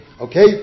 Okay